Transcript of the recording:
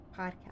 podcast